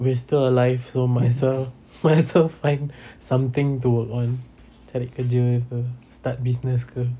we're still alive so might as well might as well find something to hold on cari kerja ke start business ke